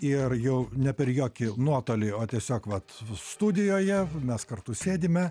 ir jau ne per jokį nuotolį o tiesiog vat studijoje mes kartu sėdime